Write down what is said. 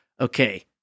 okay